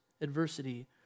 adversity